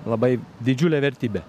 labai didžiulė vertybė